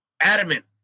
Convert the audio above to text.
adamant